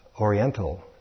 oriental